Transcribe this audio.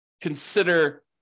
consider